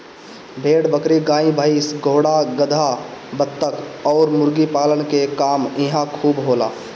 भेड़ बकरी, गाई भइस, घोड़ा गदहा, बतख अउरी मुर्गी पालन के काम इहां खूब होला